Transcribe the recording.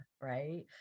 right